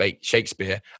Shakespeare